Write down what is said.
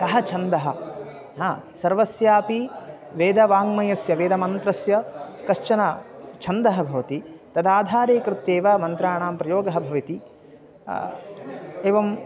कः छन्दः हि सर्वस्यापि वेदवाङ्मयस्य वेदमन्त्रस्य कश्चन छन्दः भवति तद् आधारीकृत्येव मन्त्राणां प्रयोगः भविति एवं